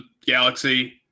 galaxy